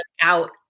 out